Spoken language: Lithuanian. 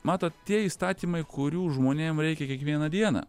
matot tie įstatymai kurių žmonėm reikia kiekvieną dieną